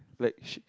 like she